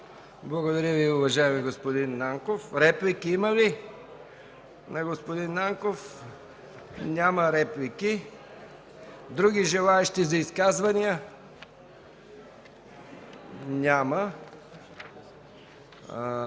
Благодаря Ви, уважаеми господин Нанков. Има ли реплики на господин Нанков? Няма. Други желаещи за изказвания? Няма.